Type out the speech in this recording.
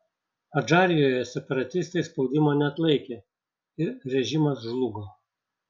adžarijoje separatistai spaudimo neatlaikė ir režimas žlugo